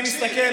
תקשיב,